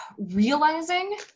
realizing